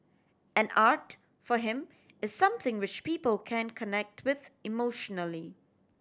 and art for him is something which people can connect with emotionally